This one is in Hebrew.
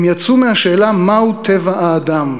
הם יצאו מהשאלה מהו טבע האדם,